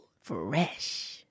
fresh